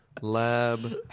Lab